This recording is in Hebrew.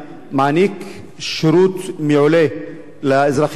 מעניק שירות מעולה לאזרחים רבים.